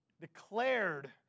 declared